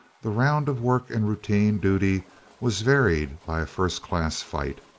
the round of work and routine duty was varied by a first-class fight.